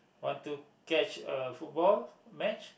want to catch a football match